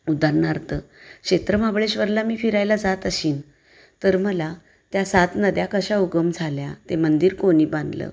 उदाहरणार्थ क्षेत्र महाबळेश्वरला मी फिरायला जात असेन तर मला त्या सात नद्या कशा उगम झाल्या ते मंदिर कोणी बांधलं